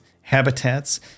habitats